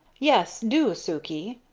yes, do, sukey,